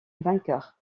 vainqueur